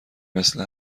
مثل